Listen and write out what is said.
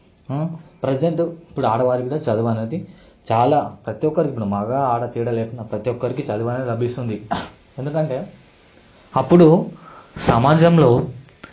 present ఇప్పుడు ఆడవారికి కూడా చదువు అనేది చాలా ప్రతి ఒక్కరికి మగ ఆడ తేడా లేకుండా ప్రతి ఒక్కరికి చదువు అనేది లభిస్తుంది ఎందుకంటే అప్పుడు సమాజంలో